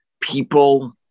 people